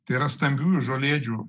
tai yra stambiųjų žolėdžių